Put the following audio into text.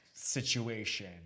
situation